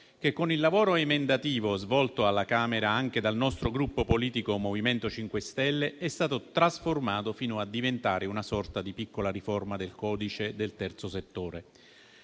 che, con il lavoro emendativo svolto alla Camera anche dal nostro Gruppo politico, MoVimento 5 Stelle, è stato trasformato fino a diventare una sorta di piccola riforma del codice del terzo settore.